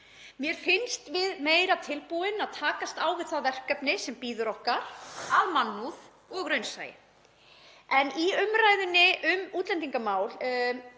Mér finnst við meira tilbúin að takast á við það verkefni sem bíður okkar af mannúð og raunsæi. Í umræðunni um útlendingamál,